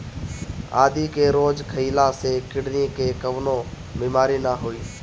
आदि के रोज खइला से किडनी के कवनो बीमारी ना होई